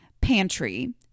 pantry